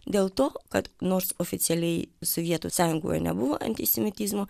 dėl to kad nors oficialiai sovietų sąjungoje nebuvo antisemitizmo